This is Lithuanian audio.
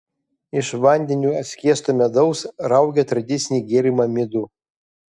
iš vandeniu atskiesto medaus raugė tradicinį gėrimą midų